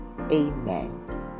Amen